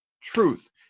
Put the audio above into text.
truth